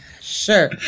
sure